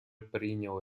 принял